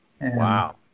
Wow